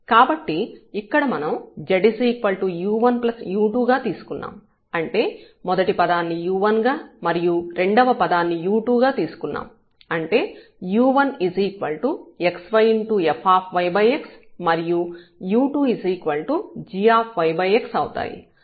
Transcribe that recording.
కాబట్టి ఇక్కడ మనం z u1u2 గా తీసుకున్నాం అంటే మొదటి పదాన్ని u1 గా మరియు రెండవ పదాన్ని u2 గా తీసుకున్నాం అంటే u1xyfyx మరియు u2 g అవుతాయి